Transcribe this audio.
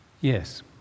Yes